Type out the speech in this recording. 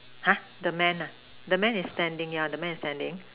!huh! the man ah the man is standing yeah the man is standing